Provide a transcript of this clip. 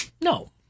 no